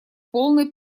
полной